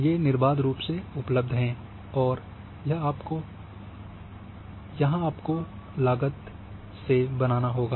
ये निर्बाध रूप से उपलब्ध हैं और यह आपको इसे लागत लगा के बनाना होगा